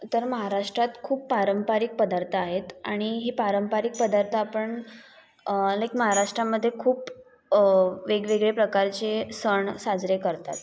तर महाराष्ट्रात खूप पारंपरिक पदार्थ आहेत आणि हे पारंपरिक पदार्थ आपण लाइक महाराष्ट्रामध्ये खूप वेगवेगळे प्रकारचे सण साजरे करतात